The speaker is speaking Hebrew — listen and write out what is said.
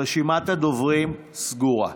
רשימת הדוברים סגורה.